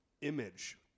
image